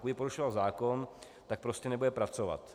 Pokud by porušoval zákon, tak prostě nebude pracovat.